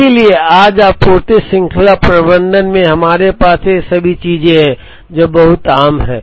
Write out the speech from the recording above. इसलिए आज आपूर्ति श्रृंखला प्रबंधन में हमारे पास ये सभी चीजें हैं जो बहुत आम हैं